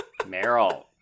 meryl